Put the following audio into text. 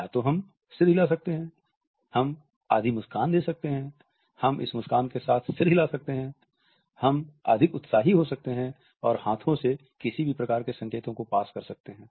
या तो हम सिर हिला सकते हैं हम आधी मुस्कान दे सकते हैं हम इस मुस्कान के साथ सिर हिला सकते हैं हम अधिक उत्साही हो सकते हैं और हाथो से किसी भी प्रकार के संकेतों को पास कर सकते हैं